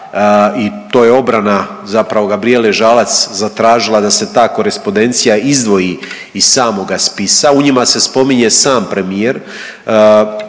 i to je obrana zapravo Gabrijele Žalac zatražila da se ta korespondencija izdvoji iz samoga spisa, u njima se spominje sam premijer,